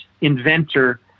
inventor